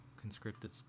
conscripted